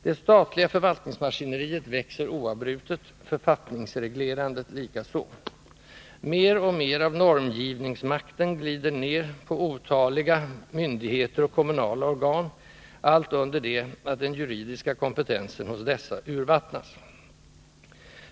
Det statliga förvaltningsmaskineriet växer oavbrutet, författningsreglerandet likaså. Mer och mer av normgivningsmakten glider ned på otaliga myndigheter och kommunala organ, allt under det att den juridiska kompetensen hos dessa urvattnas.